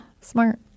Smart